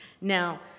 Now